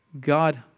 God